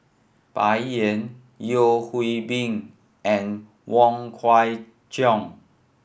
Bai Yan Yeo Hwee Bin and Wong Kwei Cheong